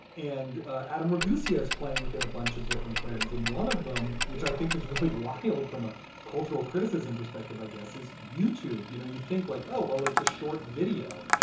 and adam ragusa is playing within a bunch of different frames. and one of them, which i think is really wild from a cultural criticism perspective, i guess, is youtube. you know, you think like, oh, well, it's a short video,